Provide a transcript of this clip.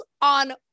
on